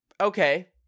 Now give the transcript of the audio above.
Okay